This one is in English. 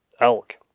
elk